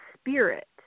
spirit